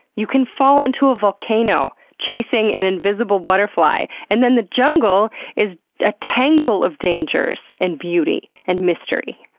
you can fall into a volcano chasing an invisible butterfly, and then the jungle is a tangle of dangers and beauty and mystery.